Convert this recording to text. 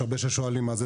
יש הרבה ששואלים מה זה.